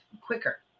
quicker